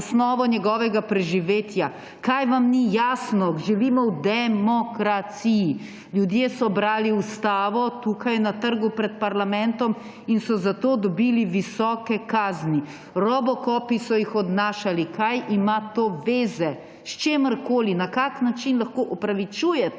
osnovno njegovega preživetja. Kaj vam ni jasno? Živimo v de-mo-kra-ci-ji. Ljudje so brali Ustavo tukaj na trgu pred parlamentom in so zato dobili visoke kazni. Robokopi so jih odnašali − kaj ima to zveze s čimerkoli? Na kakšen način lahko opravičujete